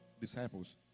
Disciples